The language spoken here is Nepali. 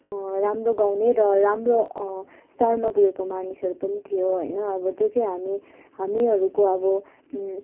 राम्रो गाउने र राम्रो स्वरमा पुगेको मानिसहरू पनि थियो होइन अब जो चाहिँ हामी हामीहरूको अब